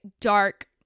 dark